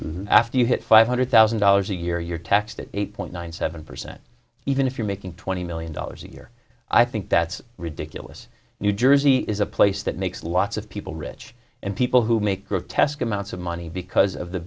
code after you hit five hundred thousand dollars a year you're taxed at eight point nine seven percent even if you're making twenty million dollars a year i think that's ridiculous new jersey is a place that makes lots of people rich and people who make grotesque amounts of money because of the